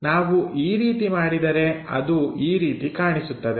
ನಾವು ಈ ರೀತಿ ಮಾಡಿದರೆ ಅದು ಈ ರೀತಿ ಕಾಣಿಸುತ್ತದೆ